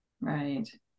right